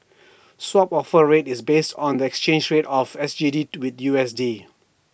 swap offer rate is based on the exchange rate of S G D with U S D